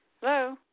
Hello